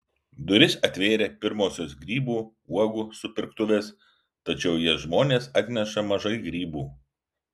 duris atvėrė pirmosios grybų uogų supirktuvės tačiau į jas žmonės atneša mažai grybų